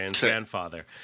grandfather